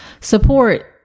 support